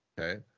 Okay